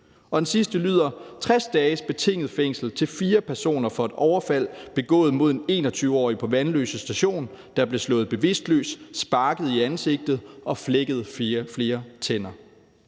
Og en sidste lyder: 60 dages betinget fængsel til fire personer for et overfald begået mod en 21-årig på Vanløse Station, der blev slået bevidstløs, sparket i ansigtet og flækkede flere tænder.